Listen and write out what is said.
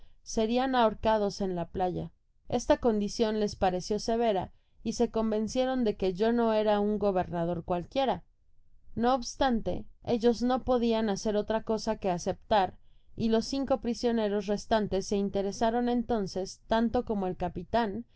serian ahorcados en la playa esta condicion les parecio severa y se convencieron de que yo no era un gobernador cualquiera no obstante ellos no podian hacer otra cosa que aceptar y los cinco prisioneros restantes se interesaron entonces tanto como el capitan